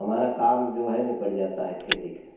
हमारा काम जो है निपट जाता है खेती का